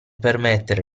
permettere